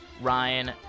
Ryan